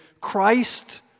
Christ